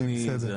בסדר.